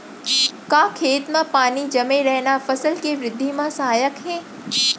का खेत म पानी जमे रहना फसल के वृद्धि म सहायक हे?